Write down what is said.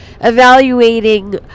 evaluating